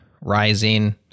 rising